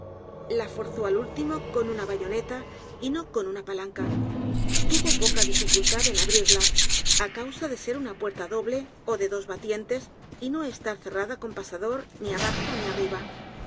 la forzó al último con una bayoneta y no con una palanca tuvo poca dificultad en abrirla á causa de ser una puerta doble ó de dos batientes y no estar cerrada con pasador ni abajo ni arriba